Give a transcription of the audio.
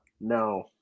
No